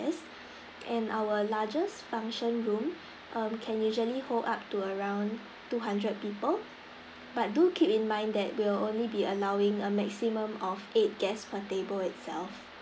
guest and our largest function room um can usually hold up to around two hundred people but do keep in mind that we'll only be allowing a maximum of eight guest per table itself